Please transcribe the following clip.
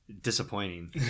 disappointing